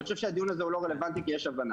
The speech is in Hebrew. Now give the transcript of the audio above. אני חושב שהדיון הזה הוא לא רלבנטי, כי יש הבנה.